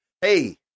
hey